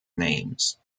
names